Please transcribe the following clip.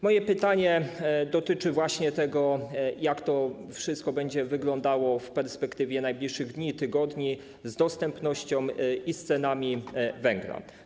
Moje pytanie dotyczy właśnie tego, jak to wszystko będzie wyglądało w perspektywie najbliższych dni, tygodni, jeśli chodzi o dostępność i ceny węgla.